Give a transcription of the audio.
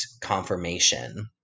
confirmation